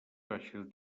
baixes